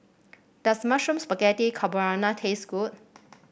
does Mushroom Spaghetti Carbonara taste good